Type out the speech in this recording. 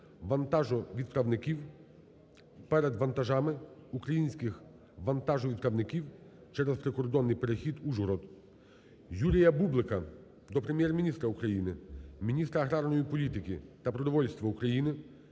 вантажовідправників перед вантажами українських вантажовідправників, через прикордонний перехід "Ужгород". Юрія Бублика до Прем'єр-міністра України, міністра аграрної політики та продовольства України,